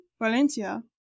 Valencia